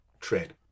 trade